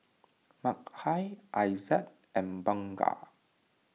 Mikhail Aizat and Bunga